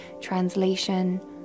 translation